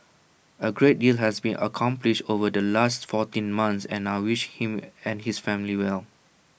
A great deal has been accomplished over the last fourteen months and I wish him and his family well